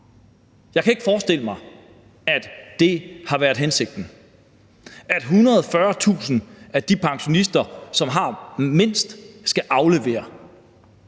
Jeg kan ikke forestille mig, at det har været hensigten, at 140.000 af de pensionister, som har mindst, skal aflevere